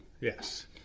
Yes